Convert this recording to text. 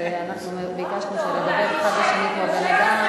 ואנחנו ביקשנו שנדבר אחד לשני כמו בני-אדם.